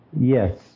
Yes